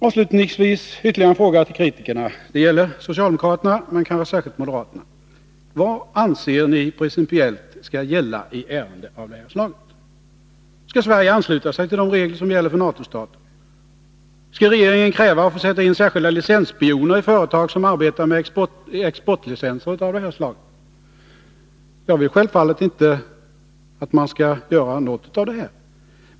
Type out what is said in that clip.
Avslutningsvis vill jag ställa ytterligare en fråga till kritikerna — den gäller socialdemokraterna, men kanske särskilt moderaterna: Vad anser ni principiellt skall gälla i ärenden av det här slaget? Skall Sverige ansluta sig till de regler som gäller för NATO-stater? Skall regeringen kräva att få sätta in särskilda licensspioner i företag som arbetar med exportlicenser av det här slaget? Jag vill självfallet inte att man skall göra någotdera.